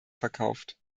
verkauft